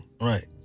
Right